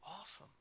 awesome